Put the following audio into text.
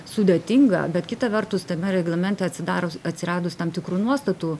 sudėtinga bet kita vertus tame reglamente atsidaro atsiradus tam tikrų nuostatų